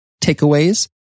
takeaways